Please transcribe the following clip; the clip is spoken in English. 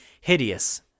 Hideous